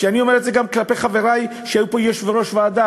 אני אומר את זה גם כלפי חברי שהיו פה יושבי-ראש ועדה,